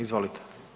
Izvolite.